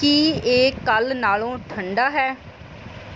ਕੀ ਇਹ ਕੱਲ੍ਹ ਨਾਲੋਂ ਠੰਡਾ ਹੈ